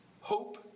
hope